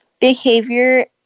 behavior